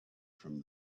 from